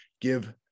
Give